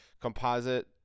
composite